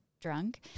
drunk